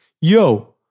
Yo